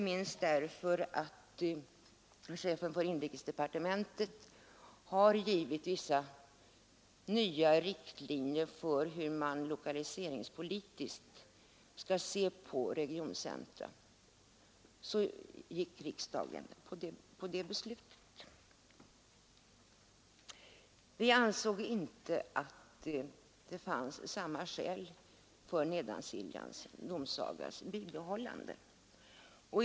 Till grund för det beslutet låg inte minst det förhållandet att inrikesministern givit vissa nya riktlinjer för hur man lokaliseringspolitiskt skall se på regioncentra. Vi ansåg inte att samma skäl förelåg för ett bibehållande av Nedansiljans tingsrätt.